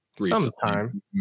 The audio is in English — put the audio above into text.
sometime